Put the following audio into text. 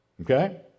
Okay